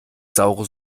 saure